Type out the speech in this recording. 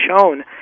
shown